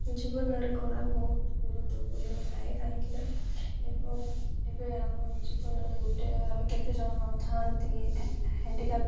ଜୀବନରେ କଳା ବହୁତ ଗୁରୁତ୍ୱପୂର୍ଣ୍ଣ ଥାଏ କାହିଁକି ନା ଏବଂ ଏବେ ଆମ ଜୀବନରେ ଗୋଟେ ଆମେ କେତେ ଜଣ ଥାଆନ୍ତି ହାଣ୍ଡିକାପ୍ଟ